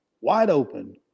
wide-open